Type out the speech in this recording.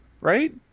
right